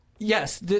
Yes